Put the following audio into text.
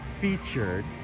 featured